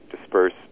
disperse